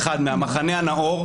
הוא